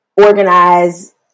organize